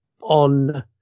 on